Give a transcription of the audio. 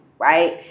Right